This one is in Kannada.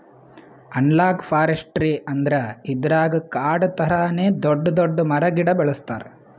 ಅನಲಾಗ್ ಫಾರೆಸ್ಟ್ರಿ ಅಂದ್ರ ಇದ್ರಾಗ್ ಕಾಡ್ ಥರಾನೇ ದೊಡ್ಡ್ ದೊಡ್ಡ್ ಮರ ಗಿಡ ಬೆಳಸ್ತಾರ್